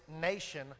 nation